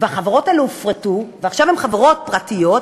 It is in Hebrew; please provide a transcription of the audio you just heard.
והחברות האלה הופרטו, ועכשיו הן חברות פרטיות,